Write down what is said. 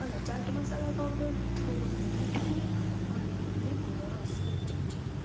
અને ચાટ મસાલા પાવડર અને થોડુંક મીઠું અને લીંબુનો રસ એક ચમચી